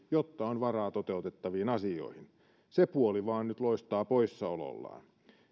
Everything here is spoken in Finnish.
jotta on varaa toteutettaviin asioihin se puoli vain nyt loistaa poissaolollaan